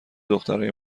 دخترای